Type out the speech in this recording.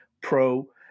pro